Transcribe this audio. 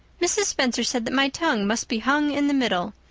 mrs. spencer said that my tongue must be hung in the middle.